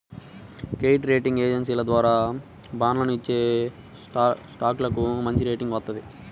credit rating ఏజెన్సీల ద్వారా బాండ్లను ఇచ్చేస్టాక్లకు మంచిరేటింగ్ వత్తది